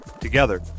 Together